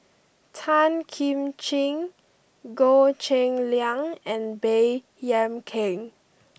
Tan Kim Ching Goh Cheng Liang and Baey Yam Keng